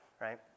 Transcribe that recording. right